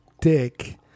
dick